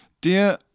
Dear